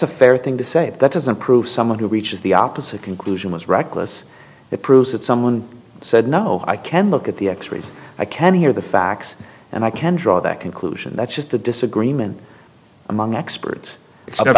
a fair thing to say but that doesn't prove someone who reaches the opposite conclusion was reckless it proves that someone said no i can look at the x rays i can hear the facts and i can draw that conclusion that's just a disagreement among experts it